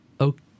okay